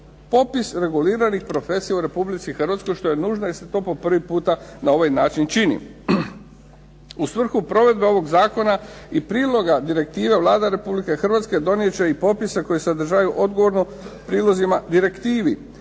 popis reguliranih profesija u Republici Hrvatskoj, što je nužno, jer se to po prvi puta na ovaj način čini. U svrhu provedbe ovog zakona i priloga direktiva Vlada Republike Hrvatske donijet će i popise koji sadržavaju odgovorno prilozima direktivi.